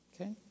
Okay